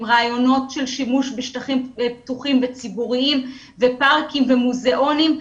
עם רעיונות של שימוש בשטחים וציבוריים ופארקים ומוזיאונים,